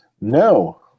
No